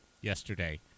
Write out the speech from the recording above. yesterday